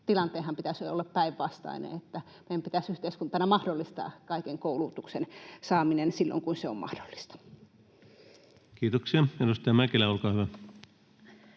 tilanteenhan pitäisi jo olla päinvastainen. Meidän pitäisi yhteiskuntana mahdollistaa kaiken koulutuksen saaminen silloin, kun se on mahdollista. Kiitoksia. — Edustaja Mäkelä, olkaa hyvä.